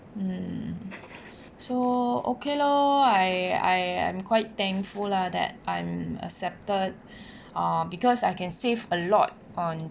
hmm so okay lor I am quite thankful lah that I'm accepted ah because I can save a lot on